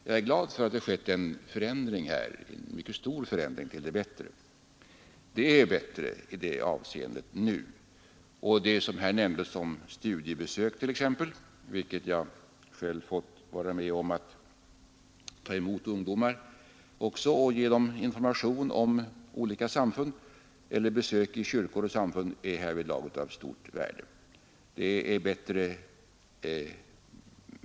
Jag är glad för att det skett en mycket stor förändring till det bättre i detta avseende. Det som här nämndes om studiebesök — jag har själv fått vara med om att ta emot ungdomar och ge dem information om olika samfund — eller besök i kyrkor och samfund är härvidlag av stort värde.